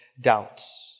doubts